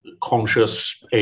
conscious